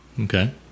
Okay